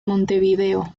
montevideo